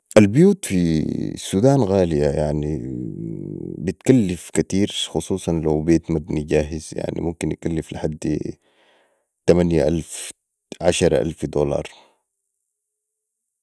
البيوت في السودان غالية يعني بتكلف كتير خصوصا لو بيت مبني جاهز يعني ممكن يكلف لحدي تمنيه ألف عشره ألف دولار